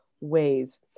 ways